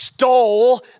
Stole